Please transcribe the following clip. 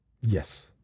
Yes